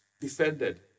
defended